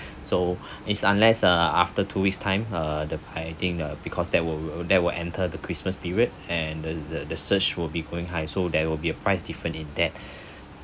so is unless uh after two weeks time uh the price I think because that will that will enter the christmas period and the the the search will be going high so there will be a price different in that